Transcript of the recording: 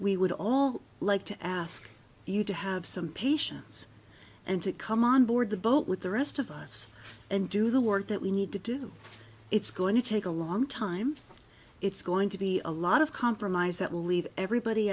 we would all like to ask you to have some patience and to come on board the boat with the rest of us and do the work that we need to do it's going to take a long time it's going to be a lot of compromise that will leave everybody